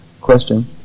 question